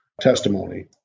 testimony